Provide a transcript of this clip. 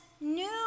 new